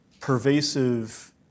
pervasive